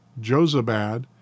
Josabad